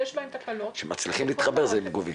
יש בהן תקלות --- כשמצליחים להתחבר הן גובות.